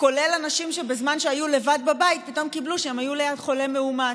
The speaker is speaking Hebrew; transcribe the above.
כולל אנשים שבזמן שהיו לבד בבית פתאום קיבלו שהם היו ליד חולה מאומת.